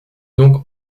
donc